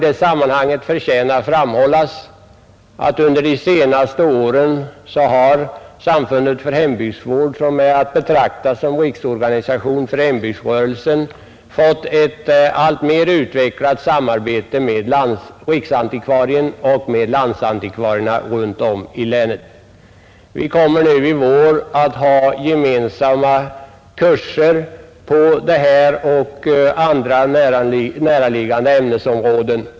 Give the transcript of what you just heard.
Det förtjänar framhållas att Samfundet för hembygdsvård, som är att betrakta som en riksorganisation för hembygdsrörelsen, under de senaste åren fått ett alltmer utvecklat samarbete till stånd med riksantikvarien och landsantikvarierna ute i länen. Vi kommer i vår att anordna gemensamma kurser för detta och andra närliggande ämnesområden.